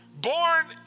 Born